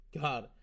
God